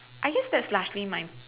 I guess that's largely my